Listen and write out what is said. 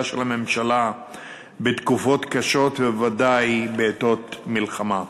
של הממשלה בתקופות קשות ובוודאי בעתות מלחמה.